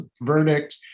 verdict